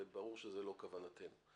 וברור שזו לא כוונתנו.